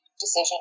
decision